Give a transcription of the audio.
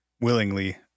willingly